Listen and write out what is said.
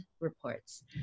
reports